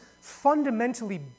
fundamentally